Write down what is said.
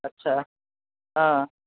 اچھا ہاں